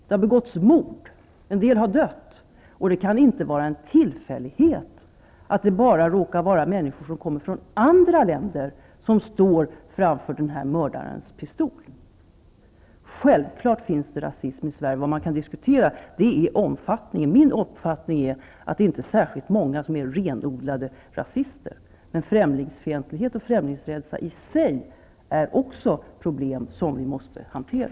Det har begåtts mord, en del har dött, och det kan inte vara en tillfällighet att det bara råkar vara människor som kommer från andra länder som står framför mördarens pistol. Självfallet finns det rasism i Sverige. Vad man kan diskutera är omfattningen. Min uppfattning är att det inte är särskilt många som är renodlade rasister. Men främlingsfientlighet och främlingsrädsla i sig är också problem som vi måste hantera.